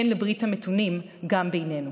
כן לברית המתונים גם בינינו.